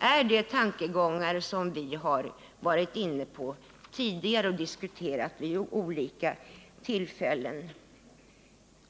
här de tankegångar som vi tidigare varit inne på och som vi diskuterat vid olika tillfällen.